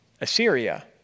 Assyria